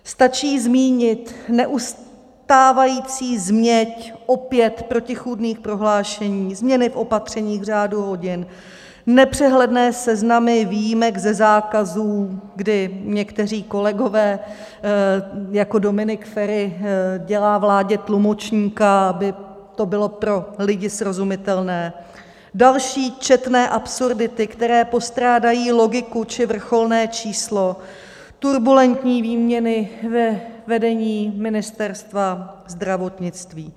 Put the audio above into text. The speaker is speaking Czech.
Stačí zmínit neustávající změť opět protichůdných prohlášení, změny v opatřeních v řádu hodin, nepřehledné seznamy výjimek ze zákazů, kdy někteří kolegové jako Dominik Feri dělá vládě tlumočníka, aby to bylo pro lidi srozumitelné, další četné absurdity, které postrádají logiku, či vrcholné číslo turbulentní výměny ve vedení Ministerstva zdravotnictví.